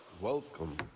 Welcome